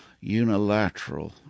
unilateral